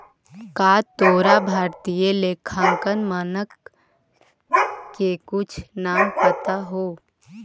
का तोरा भारतीय लेखांकन मानक के कुछ नाम पता हो?